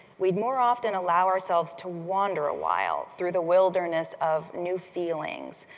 we'd more often allow ourselves to wander a while through the wilderness of new feelings,